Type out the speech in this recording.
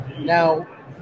Now